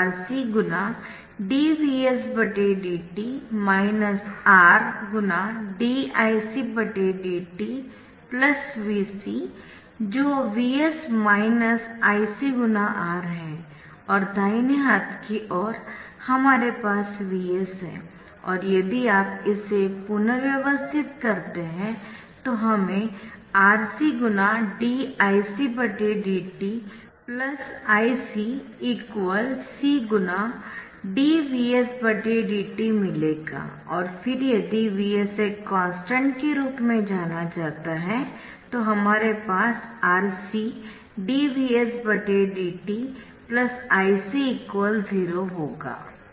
RC × dVs dt R dIc dt Vc जो Vs minus Ic × R है और दाहिने हाथ की ओर हमारे पास Vs है और यदि आप इसे पुनर्व्यवस्थित करते है तो हमें R C d Ic dt Ic C × d Vs d t मिलेगा और फिर यदि Vs एक कॉन्स्टन्ट के रूप में जाना जाता है तो हमारे पास RC dVs dt Ic 0 होगा